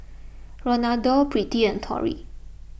Ronaldo Birtie and Torie